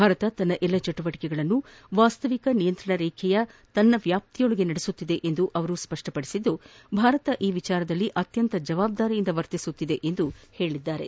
ಭಾರತ ತನ್ನ ಎಲ್ಲ ಚಟುವಟಕಗಳನ್ನು ವಾಸ್ತವಿಕ ನಿಯಂತ್ರಣ ರೇಖೆಯ ತನ್ನ ವ್ಯಾಪ್ತಿಯೊಳಗೆ ನಡೆಸುತ್ತಿದೆ ಎಂದು ಸ್ಪಷ್ಟಪಡಿಸಿರುವ ಅವರು ಭಾರತ ಈ ವಿಷಯದಲ್ಲಿ ಅತ್ಯಂತ ಜವಾಬ್ದಾರಿಯಿಂದ ವರ್ತಿಸುತ್ತಿದೆ ಎಂದು ವಕ್ತಾರರು ಹೇಳಿದ್ದಾರೆ